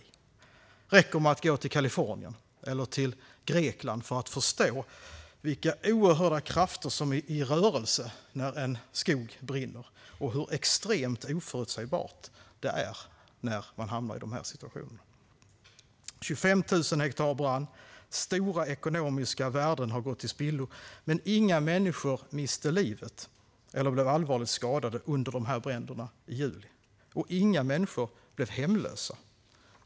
Det räcker att titta på Kalifornien eller Grekland för att förstå vilka oerhörda krafter som är i rörelse när en skog brinner och hur extremt oförutsägbart det är när man hamnar i dessa situationer. Det var alltså 25 000 hektar som brann. Stora ekonomiska värden har gått till spillo, men inga människor miste livet eller blev allvarligt skadade under bränderna i juli - och inga människor blev hemlösa.